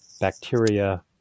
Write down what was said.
bacteria